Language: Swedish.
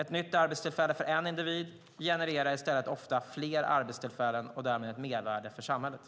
Ett nytt arbetstillfälle för en individ genererar i stället ofta fler arbetstillfällen och därmed ett mervärde för samhället.